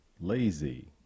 lazy